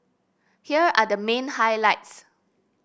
here are the main highlights